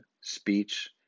speech